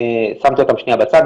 שמתי אותם שנייה בצד,